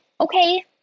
Okay